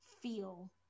feel